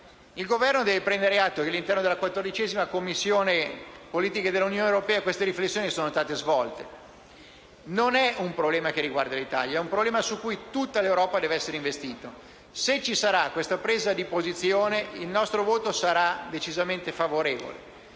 Il Governo deve prendere atto che, all'interno della Commissione politiche dell'Unione europea, queste riflessioni sono state svolte. Non è un problema che riguarda l'Italia, ma è un problema di cui tutta l'Europa deve essere investita. Se ci sarà questa presa di posizione, il nostro voto sarà decisamente favorevole.